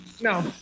no